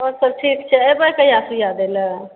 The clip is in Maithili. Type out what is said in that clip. आओरसभ ठीक छै एबय कहिआ सुइआ दयलऽ